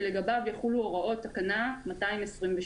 שלגביו יחולו הוראות תקנה 226."